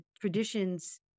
traditions